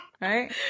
Right